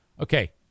Okay